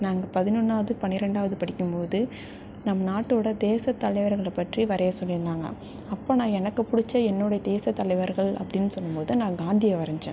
நாங்கள் பதினொன்னாவது பனிரெண்டாவது படிக்கும்போது நம் நாட்டோட தேச தலைவர்கள் பற்றி வரைய சொல்லிருந்தாங்கள் அப்போ நான் எனக்கு பிடிச்ச என்னோடய தேச தலைவர்கள் அப்படின் சொல்லும்போது நான் காந்தியை வரைஞ்ச